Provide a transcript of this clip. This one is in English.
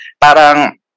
Parang